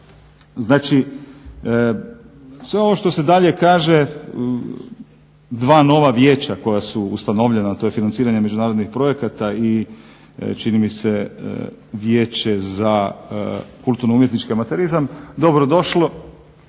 Znači, sve ovo što se dalje kaže dva nova vijeća koja su ustanovljena, a to je financiranje međunarodnih projekata i čini mi se Vijeće za kulturno-umjetnički amaterizam dobro došla